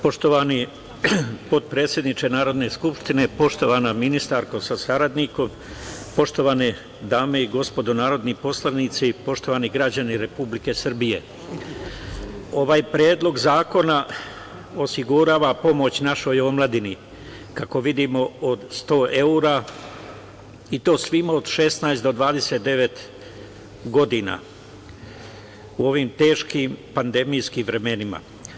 Poštovani potpredsedniče Narodne skupštine, poštovana ministarko sa saradnikom, poštovane dame i gospodo narodni poslanici, poštovani građani Republike Srbije, ovaj Predlog zakona osigurava pomoć našoj omladini, kako vidimo od 100 evra i to svima od 16 do 29 godina u ovim teškim pandemijskim vremenima.